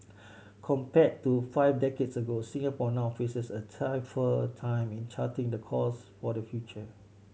compared to five decades ago Singapore now faces a tougher time in charting the course for the future